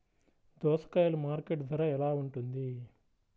దోసకాయలు మార్కెట్ ధర ఎలా ఉంటుంది?